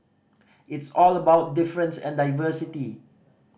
it's all about difference and diversity